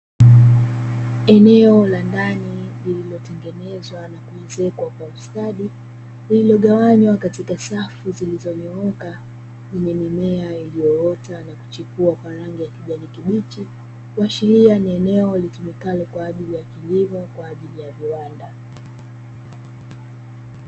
Eneo la ndani lililotengenezwa na kuezekwa kwa ustadi, lililogawanywa katika safu zilizonyooka lenye mimea iliyoota na kuchipua kwa rangi ya kijani kibichi. Kuashiria ni eneo litumikalo kwa ajili ya kilimo kwa ajili ya viwanda.